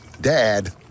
dad